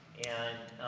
and,